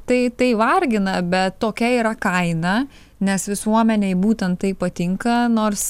tai tai vargina bet tokia yra kaina nes visuomenei būtent tai patinka nors